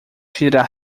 tirar